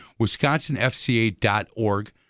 wisconsinfca.org